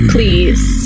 Please